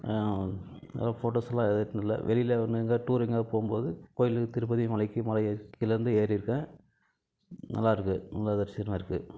ஃபோட்டோஸெலாம் எடுத்துனில்லை வெளியில் எங்காவது டூர் எங்காவது போகும் போது கோயில் திருப்பதி மலைக்கு மலை ஏறி கீழேயிருந்து ஏறியிருக்கேன் நல்லா இருக்குது நல்லா இருக்குது